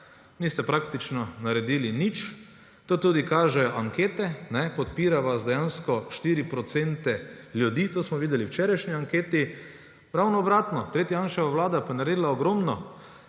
niste praktično naredili nič. To tudi kažejo ankete. Podpira vas dejansko 4 % ljudi. To smo videli v včerajšnji anketi. Ravno obratno, tretja Janševa vlada je pa naredila ogromno